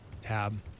tab